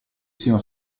siano